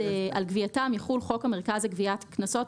על גבייתם יחול חוק המרכז לגביית קנסות.